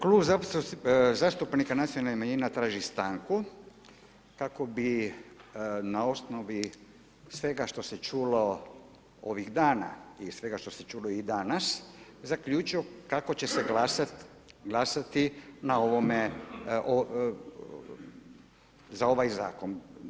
Klub zastupnika nacionalnih manjina traži stanku kako bi na osnovi svega što se čulo ovih dana i svega što se čulo i danas zaključio kako će se glasati na ovome, za ovaj zakon.